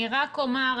אני רק אומר,